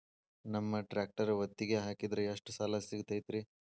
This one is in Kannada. ನಮ್ಮ ಟ್ರ್ಯಾಕ್ಟರ್ ಒತ್ತಿಗೆ ಹಾಕಿದ್ರ ಎಷ್ಟ ಸಾಲ ಸಿಗತೈತ್ರಿ?